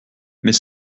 mais